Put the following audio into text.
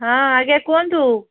ହଁ ଆଜ୍ଞା କୁହନ୍ତୁ